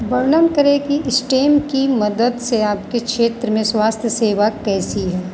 वर्णन करें कि स्टेन की मदद से आपके क्षेत्र में स्वास्थ्य सेवा कैसी है